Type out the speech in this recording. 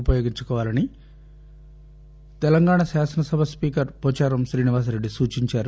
ఉపయోగించుకోవాలని తెలంగాణ శాసనసభ స్పీకరు పోచారం శ్రీనివాసరెడ్డి సూచించారు